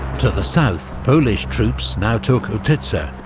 to the south, polish troops now took utitsa,